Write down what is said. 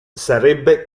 sarebbe